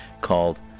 called